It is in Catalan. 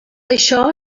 això